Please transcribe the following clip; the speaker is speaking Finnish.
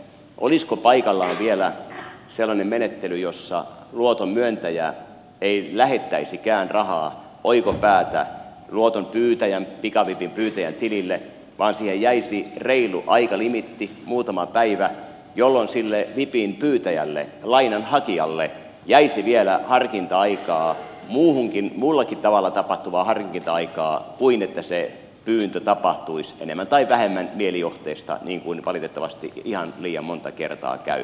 olisiko paikallaan vielä sellainen menettely jossa luoton myöntäjä ei lähettäisikään rahaa oikopäätä luoton pyytäjän pikavipin pyytäjän tilille vaan siihen jäisi reilu aikalimiitti muutama päivä jolloin sille vipin pyytäjälle lainan hakijalle jäisi vielä muullakin tavalla tapahtuvaa harkinta aikaa kuin että se pyyntö tapahtuisi enemmän tai vähemmän mielijohteesta niin kuin valitettavasti ihan liian monta kertaa käy